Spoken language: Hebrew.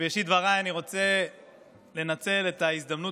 בראשית דבריי אני רוצה לנצל את ההזדמנות